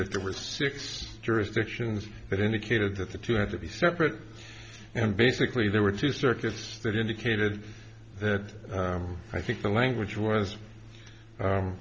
that there were six jurisdictions that indicated that the two had to be separate and basically there were two circus that indicated that i think the language was